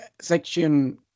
section